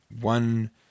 one